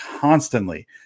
constantly